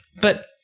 but-